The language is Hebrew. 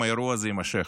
אם האירוע הזה יימשך,